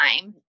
time